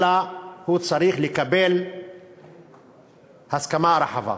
אלא הוא צריך לקבל הסכמה רחבה.